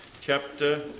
chapter